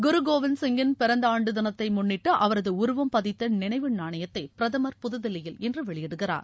குருகோவிந்த் சிங்கின் பிறந்த ஆண்டு தினத்தை முன்னிட்டு அவரது உருவம் பதித்த நினைவு நாணயத்தை பிரதமர் புதுதில்லியில் இன்று வெளியிடுகிறார்